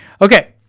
okay,